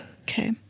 Okay